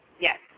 Yes